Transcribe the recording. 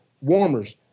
warmers